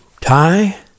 tie